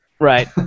right